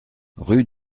rue